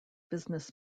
business